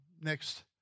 next